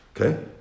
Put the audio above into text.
Okay